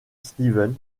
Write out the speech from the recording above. stevens